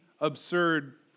absurd